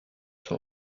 sont